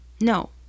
No